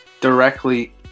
directly